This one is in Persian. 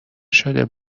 شده